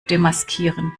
demaskieren